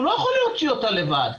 הוא לא יכול להוציא אותה לבד.